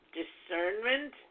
discernment